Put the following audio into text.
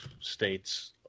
states